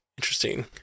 interesting